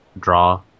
draw